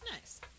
Nice